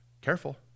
Careful